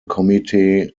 committee